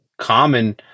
common